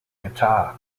guitar